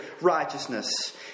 righteousness